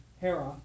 Hera